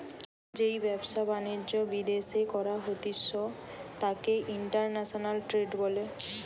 যেই ব্যবসা বাণিজ্য বিদ্যাশে করা হতিস তাকে ইন্টারন্যাশনাল ট্রেড বলে